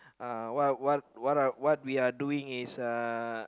uh what what what are we what we are doing is uh